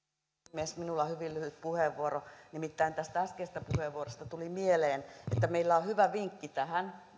minulla on hyvin lyhyt puheenvuoro nimittäin tästä äskeisestä puheenvuorosta tuli mieleen että meillä on hyvä vinkki tähän